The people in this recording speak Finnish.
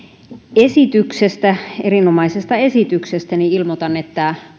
esityksestä erinomaisesta esityksestä ilmoitan että